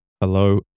hello